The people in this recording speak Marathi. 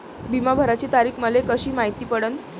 बिमा भराची तारीख मले कशी मायती पडन?